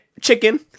Chicken